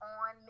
on